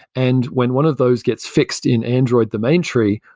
and when one of those gets fixed in android the main tree,